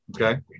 Okay